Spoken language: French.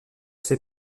ses